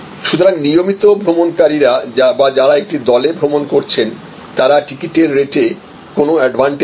সুতরাং নিয়মিত ভ্রমণকারীরা বা যারা একটি দলে ভ্রমণ করছেন তারা টিকিটের রেটে কোনও অ্যাডভান্টেজ পেতে পারে